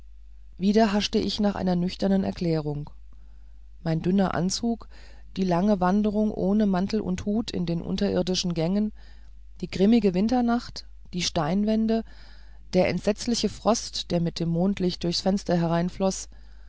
wieder haschte ich nach einer nüchternen erklärung mein dünner anzug die lange wanderung ohne mantel und hut in den unterirdischen gängen die grimmige winternacht die steinwände der entsetzliche frost der mit dem mondlicht durchs fenster